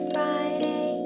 Friday